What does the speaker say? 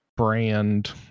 brand